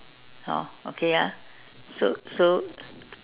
oh okay ah so so